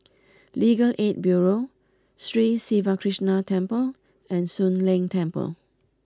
Legal Aid Bureau Sri Siva Krishna Temple and Soon Leng Temple